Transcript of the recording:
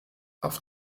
auf